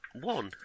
one